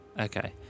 Okay